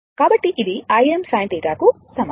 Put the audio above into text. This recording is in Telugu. కాబట్టి ఇది Im sinθ కు సమానం